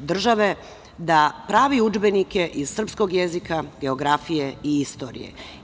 države, da pravi udžbenike iz srpskog jezika, geografije i istorije.